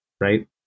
right